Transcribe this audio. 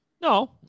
No